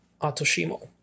Atoshimo